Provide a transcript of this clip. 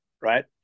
right